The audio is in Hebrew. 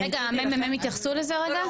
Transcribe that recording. רגע הממ"מ יתייחסו לזה רגע.